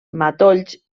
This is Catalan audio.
matolls